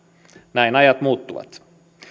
näin ajat muuttuvat